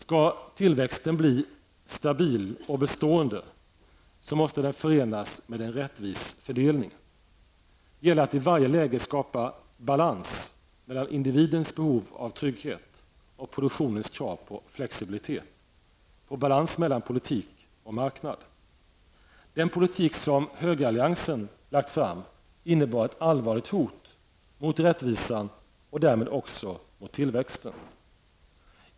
Skall tillväxten bli stabil och bestående måste den förenas med en rättvis fördelning. Det gäller att i varje läge skapa balans mellan individens behov av trygghet och produktionens krav på flexibilitet, balans mellan politik och marknad. Den politik som högeralliansen lagt fram innebär ett allvarligt hot mot både rättvisan och tillväxten.